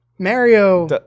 Mario